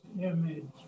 image